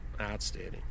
Outstanding